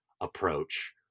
approach